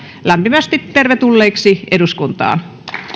lämpimästi tervetulleiksi eduskuntaan